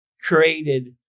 created